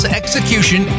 execution